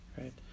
Right